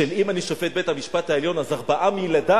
שאם אני שופט בית-המשפט העליון אז ארבעה מילדי